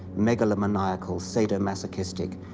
megalomaniacal, sadomasochistic,